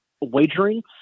wagering